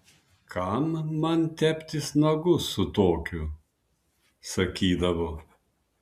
kam man teptis nagus su tokiu sakydavo